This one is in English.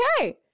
okay